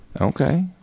okay